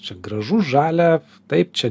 čia gražu žalia taip čia